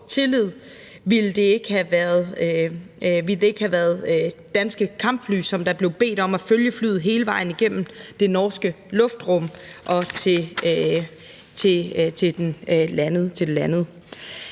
tillid, ville det ikke have været danske kampfly, der blev bedt om at følge flyet hele vejen igennem det norske luftrum, og til det landede.